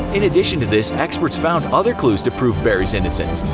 in addition to this, experts found other clues to prove barry's innocence.